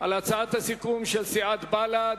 על הצעת הסיכום של סיעת בל"ד,